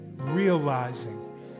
realizing